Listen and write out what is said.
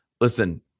listen